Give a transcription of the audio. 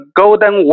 golden